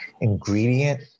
ingredient